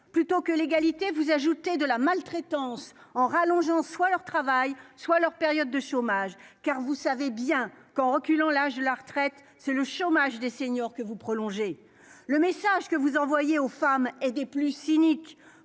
plutôt que l'égalité, vous ajoutez de la maltraitance en rallongeant soit leur travail soit leur période de chômage, car vous savez bien qu'en reculant l'âge de la retraite, c'est le chômage des seniors que vous. Le message que vous envoyez aux femmes et des plus cyniques,